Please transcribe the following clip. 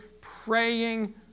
praying